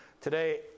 today